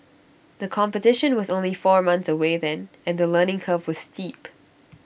the competition was only four months away then and the learning curve was steep